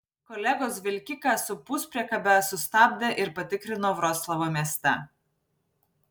kolegos vilkiką su puspriekabe sustabdė ir patikrino vroclavo mieste